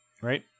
Right